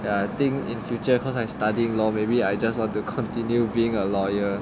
the thing in future maybe studying law I just want to continue being a lawyer